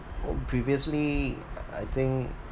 previously I I think